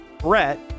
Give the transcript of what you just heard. Brett